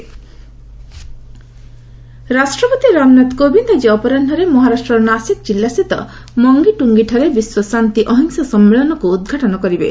president ସମ୍ମେଳନ ରାଷ୍ଟ୍ରପତି ରାମନାଥ କୋବିନ୍ଦ ଆଜି ଅପରାହୁରେ ମହାରାଷ୍ଟ୍ରର ନାଶିକ୍ ଜିଲ୍ଲାସ୍ଥିତ ମଙ୍ଗିଟୁଙ୍ଗିଠାରେ ବିଶ୍ୱ ଶାନ୍ତି ଅହିଂସା ସମ୍ମେଳନକୁ ଉଦ୍ଘାଟନ କରିବେ